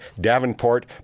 Davenport